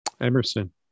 Emerson